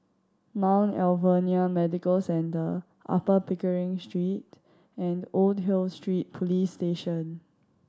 Mount Alvernia Medical Centre Upper Pickering Street and Old Hill Street Police Station